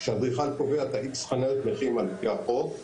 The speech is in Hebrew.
כשאדריכל קובע את "איקס" חניות הנכים על פי החוק,